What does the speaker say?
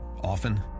Often